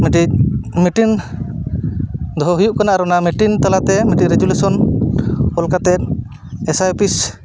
ᱢᱤᱫᱴᱮᱡ ᱢᱤᱴᱤᱱ ᱫᱚᱦᱚ ᱦᱩᱭᱩᱜ ᱠᱟᱱᱟ ᱟᱨ ᱚᱱᱟ ᱢᱤᱫᱴᱤᱱ ᱛᱟᱞᱟᱛᱮ ᱢᱤᱫᱴᱮᱱ ᱨᱮᱡᱩᱞᱮᱥᱚᱱ ᱚᱞ ᱠᱟᱛᱮᱫ ᱮᱥ ᱟᱭ ᱚᱯᱤᱥ